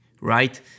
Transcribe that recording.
right